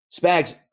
Spags